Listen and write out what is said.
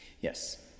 yes